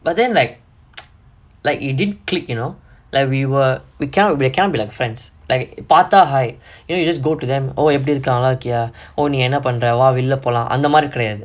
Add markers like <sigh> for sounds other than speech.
but then like <noise> like you didn't click you know like we were we cannot cannot be like friends like பாத்தா:paathaa hi you know you just go to them oh எப்புடி இருக்குற நல்லாருகியா:eppudi irukkura nallaarukiyaa oh என்ன பண்ற வா வெளில போலா அந்தமாரி கெடயாது:enna pandra vaa velila pola anthamaari kedayaathu